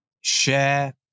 share